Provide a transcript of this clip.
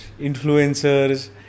influencers